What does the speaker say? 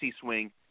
swing